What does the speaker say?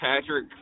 Patrick